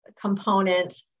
component